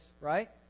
right